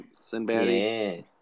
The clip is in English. Sinbad